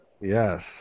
Yes